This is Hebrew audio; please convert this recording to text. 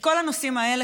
בכל הנושאים האלה,